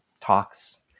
talks